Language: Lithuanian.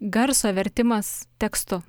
garso vertimas tekstu